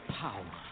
power